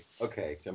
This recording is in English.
okay